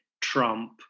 Trump